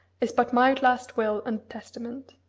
is but my last will and testament.